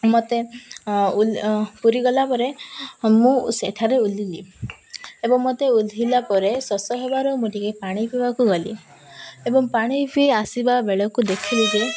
ମୋତେ ପୁରୀ ଗଲା ପରେ ମୁଁ ସେଠାରେ ଓହ୍ଲେଇଲି ଏବଂ ମୋତେ ଓହ୍ଲେଇଲା ପରେ ଶୋଷ ହେବାରୁ ମୁଁ ଟିକେ ପାଣି ପିଇବାକୁ ଗଲି ଏବଂ ପାଣି ପିଇ ଆସିବା ବେଳକୁ ଦେଖିଲି ଯେ